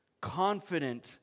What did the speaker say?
confident